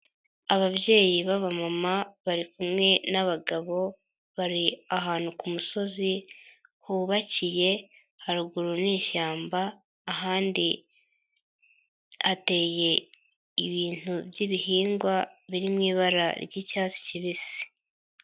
Ababyeyi b'abamama bari kumwe n'abagabo, bari ahantu ku musozi hubakiye, haruguru n'ishyamba ahandi hateye ibintu by'ibihingwa biri mu ibara ry'icyatsi kibisi.